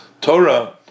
torah